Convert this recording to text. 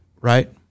right